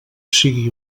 sigui